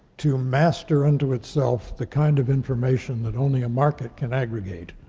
to master unto itself the kind of information that only a market can aggregate